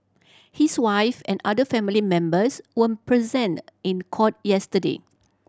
his wife and other family members were present in court yesterday